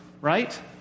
right